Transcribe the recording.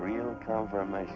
real compromise